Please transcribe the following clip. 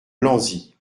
blanzy